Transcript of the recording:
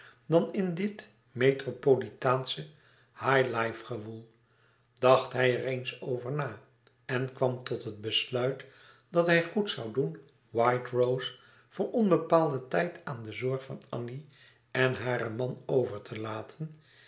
dan in dit metropolitaansche high life gewoel dacht hij er eens over na en kwam tot het besluit dat hij goed zoû doen white rose voor onbepaalden tijd aan de zorg van annie en haren man over te laten